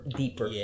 deeper